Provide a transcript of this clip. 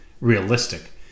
realistic